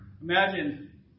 imagine